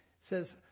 says